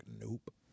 Nope